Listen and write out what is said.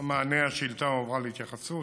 השאילתה הועברה להתייחסות.